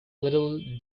little